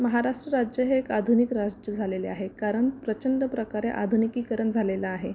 महाराष्ट्र राज्य हे एक आधुनिक राष्ट्र झालेले आहे कारण प्रचंड प्रकारे आधुनिकीकरण झालेलं आहे